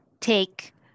take